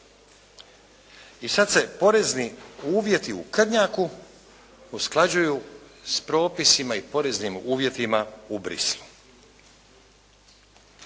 I sada se porezni uvjeti u Krnjaku usklađuju s propisima i poreznim uvjetima u Bruxelles-u.